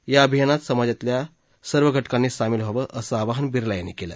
या अभियानात समाजाच्या सर्व घटकांनी सामील व्हावं असं आवाहन बिर्ला यांनी केलं